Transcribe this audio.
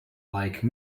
like